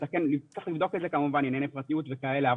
צריך לבדוק את זה כמובן עם ענייני פרטיות וכאלה,